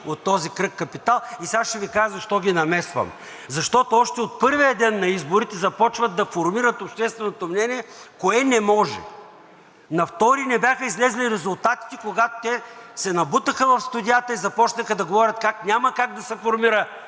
от този кръг „Капитал“, и сега ще Ви кажа защо ги намесвам. Защото още от първия ден на изборите започват да формират общественото мнение кое не може. На 2-ри не бяха излезли резултатите, когато те се набутаха в студиата и започнаха да говорят как няма как да се формира